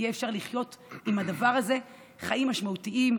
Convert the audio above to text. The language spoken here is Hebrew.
אפשר יהיה לחיות עם הדבר הזה חיים משמעותיים.